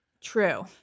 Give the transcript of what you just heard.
True